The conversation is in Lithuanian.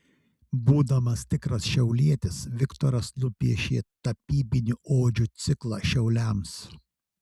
būdamas tikras šiaulietis viktoras nupiešė tapybinių odžių ciklą šiauliams